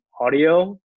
audio